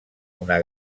una